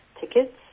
tickets